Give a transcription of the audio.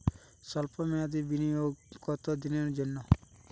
সল্প মেয়াদি বিনিয়োগ কত দিনের জন্য?